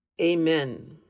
Amen